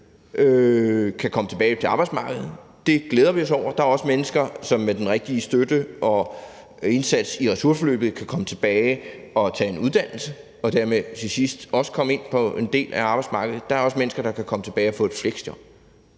kan komme tilbage til arbejdsmarkedet; det glæder vi os over. Der er også mennesker, som med den rigtige støtte og indsats i ressourceforløb kan komme tilbage og tage en uddannelse og dermed til sidst også komme ind på en del af arbejdsmarkedet. Der er også mennesker, der kan komme tilbage og få et fleksjob.